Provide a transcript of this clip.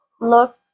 look